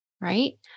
right